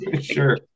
sure